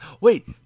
Wait